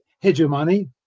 hegemony